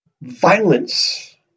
violence